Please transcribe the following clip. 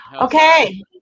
Okay